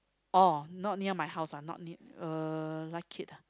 or not near my house ah not uh like it ah